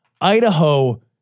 Idaho